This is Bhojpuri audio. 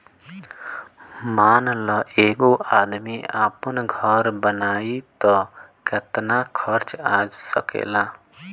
मान ल एगो आदमी आपन घर बनाइ त केतना खर्च आ सकेला